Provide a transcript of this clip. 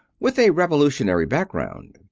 with a revolutionary background.